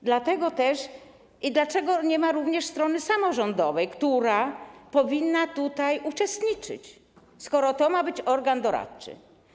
I dlaczego nie ma również strony samorządowej, która powinna tutaj uczestniczyć, skoro to ma być organ doradczy?